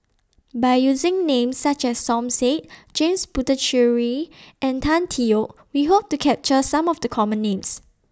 By using Names such as Som Said James Puthucheary and Tan Tee Yoke We Hope to capture Some of The Common Names